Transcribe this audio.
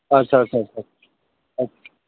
आस्सा आस्सा आस्सा आस्सा